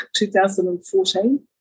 2014